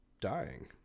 dying